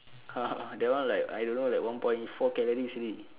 ha ha that one like I don't know like one point four calories series